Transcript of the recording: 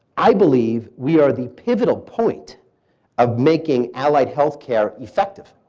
i believe we are the pivotal point of making allied healthcare effective.